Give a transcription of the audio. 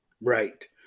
right